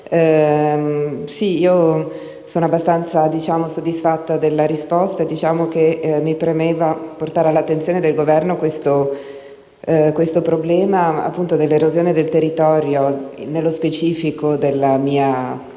Sono abbastanza soddisfatta della risposta. Mi premeva portare all'attenzione del Governo il problema dell'erosione del territorio e, nello specifico, della mia zona,